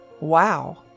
Wow